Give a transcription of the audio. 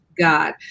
God